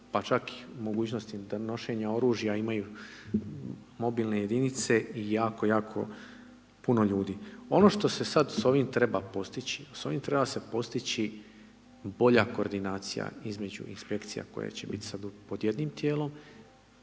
pa čak mogućnosti nošenja oružja imaju mobilne jedinice i jako, jako puno ljudi. Ono što se sad s ovim treba se postići, s ovim treba se postići bolja koordinacija između Inspekcija koja će sada biti pod jednim tijelom